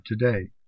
today